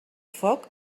foc